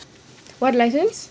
what license